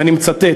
ואני מצטט,